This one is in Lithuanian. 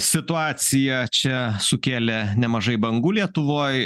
situacija čia sukėlė nemažai bangų lietuvoj